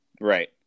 Right